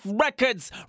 records